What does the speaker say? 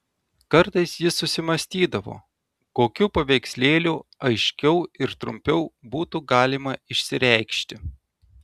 kartais jis susimąstydavo kokiu paveikslėliu aiškiau ir trumpiau būtų galima išsireikšti